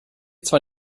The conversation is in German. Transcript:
zwar